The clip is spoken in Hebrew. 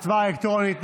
ההצבעה היא אלקטרונית.